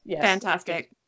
Fantastic